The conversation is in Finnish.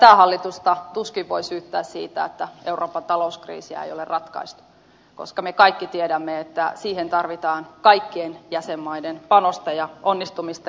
tätä hallitusta tuskin voi syyttää siitä että euroopan talouskriisiä ei ole ratkaistu koska me kaikki tiedämme että siihen tarvitaan kaikkien jäsenmaiden panosta ja onnistumista